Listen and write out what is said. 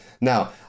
Now